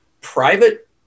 private